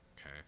okay